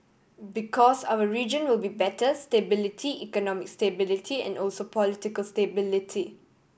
because our region will be better stability economic stability and also political stability